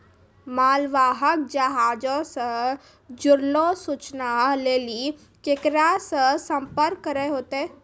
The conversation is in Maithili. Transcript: मालवाहक जहाजो से जुड़लो सूचना लेली केकरा से संपर्क करै होतै?